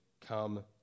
come